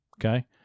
Okay